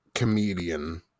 comedian